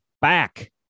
back